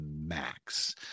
max